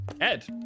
Ed